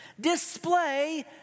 display